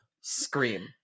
Scream